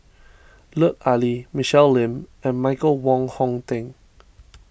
Lut Ali Michelle Lim and Michael Wong Hong Teng